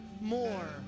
more